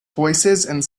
voicesand